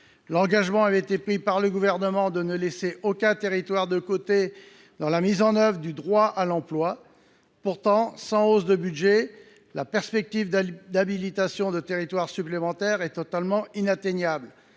Gouvernement s’était engagé à ne laisser aucun territoire de côté dans la mise en œuvre du droit à l’emploi. Pourtant, sans hausse des crédits, la perspective d’habilitation de territoires supplémentaires est totalement inatteignable.